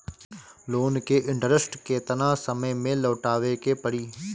Loan के interest केतना समय में लौटावे के पड़ी?